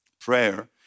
prayer